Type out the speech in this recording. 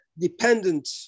dependent